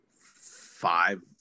five